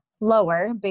lower